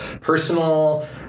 personal